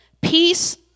Peace